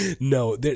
No